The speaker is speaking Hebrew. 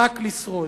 רק לשרוד.